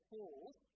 Falls